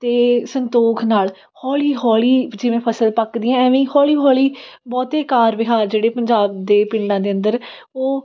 ਅਤੇ ਸੰਤੋਖ ਨਾਲ਼ ਹੌਲੀ ਹੌਲੀ ਜਿਵੇਂ ਫ਼ਸਲ ਪੱਕਦੀ ਹੈ ਇਵੇਂ ਹੀ ਹੌਲੀ ਹੌਲੀ ਬਹੁਤੇ ਕਾਰ ਵਿਹਾਰ ਜਿਹੜੇ ਪੰਜਾਬ ਦੇ ਪਿੰਡਾਂ ਦੇ ਅੰਦਰ ਉਹ